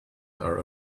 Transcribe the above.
our